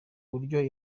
buryo